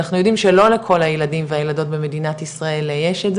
ואנחנו יודעים שלא לכל הילדים והילדות במדינת ישראל יש את זה